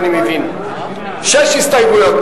אני מבין שיש לך שש הסתייגויות.